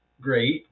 great